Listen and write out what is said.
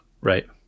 Right